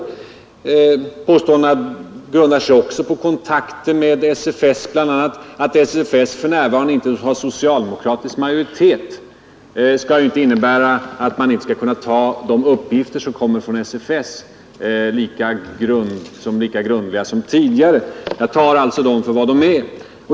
Påståendena grundar sig också på kontakter, bl.a. med SFS. Att SFS för närvarande inte har socialdemokratisk majoritet skall väl inte behöva innebära att man inte skall kunna ta uppgifter som kommer från SFS lika allvarligt som man gjort tidigare. Jag tar dem alltså för vad de är.